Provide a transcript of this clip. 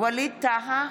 ווליד טאהא,